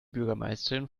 bürgermeisterin